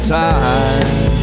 time